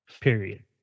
period